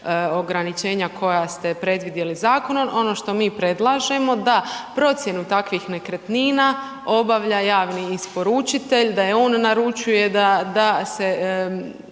ograničenja koja ste predvidjeli zakonom. Ono što mi predlažemo da procjenu takvih nekretnina obavlja javni isporučitelj, da je on naručuje, da se